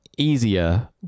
easier